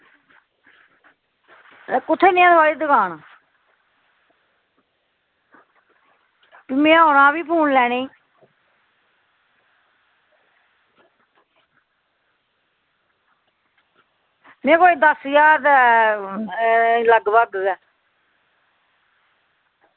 एह् कुत्थें नेही ऐ थुआढ़ी दकान में औना फ्ही फोन लैने गी में कोई दस ज्हार दे लगभग गै